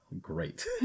great